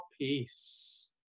peace